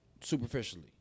superficially